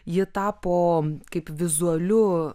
ji tapo kaip vizualiu